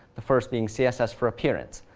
the first being css for appearance.